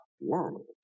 world